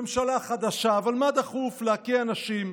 ממשלה חדשה, אבל מה דחוף להקיא אנשים?